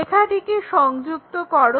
রেখাটিকে সংযুক্ত করো